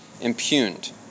impugned